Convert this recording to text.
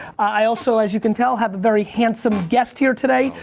i also as you can tell have a very handsome guest here today.